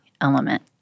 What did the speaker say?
element